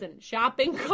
shopping